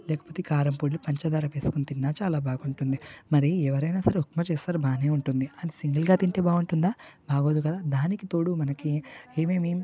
లేకపోతే కారం పొడిలో పంచదార వేసుకొని తిన్న చాలా బాగుంటుంది మరి ఎవరైనా సరే ఉప్మా చేస్తారు అది బాగానే ఉంటుంది అది సింగిల్గా తింటే బాగుంటుందా బాగోదు కదా దానికి తోడు మనకి ఏమేమి